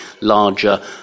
Larger